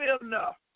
enough